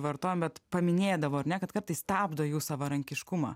vartojam bet paminėdavo ar ne kad kartais stabdo jų savarankiškumą